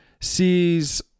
sees